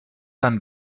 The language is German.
dann